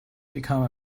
become